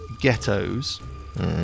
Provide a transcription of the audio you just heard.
ghettos